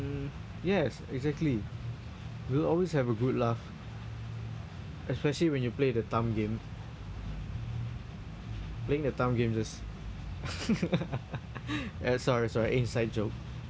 um yes exactly we'll always have a good laugh especially when you play the thumb game playing the thumb game just ya sorry sorry inside joke